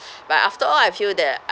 but after all I feel that